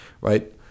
right